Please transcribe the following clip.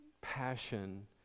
passion